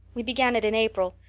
we began it in april.